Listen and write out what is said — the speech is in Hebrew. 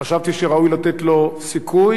חשבתי שראוי לתת לו סיכוי,